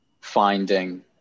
finding